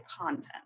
content